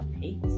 Peace